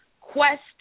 Quest